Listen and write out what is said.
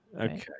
Okay